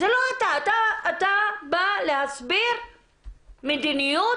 אתה בא להסביר מדיניות,